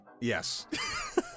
Yes